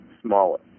smaller